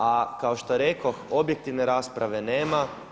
A kao što rekoh objektivne rasprave nema.